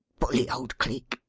bully old cleek!